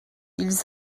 ils